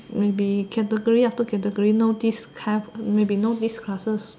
may be category after category no this class may be no this classes